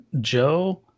Joe